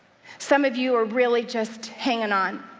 some of you are really just hanging on.